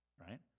right